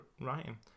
writing